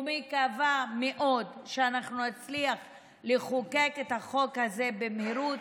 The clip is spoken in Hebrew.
ומקווה מאוד שאנחנו נצליח לחוקק את החוק הזה במהירות.